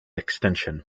extension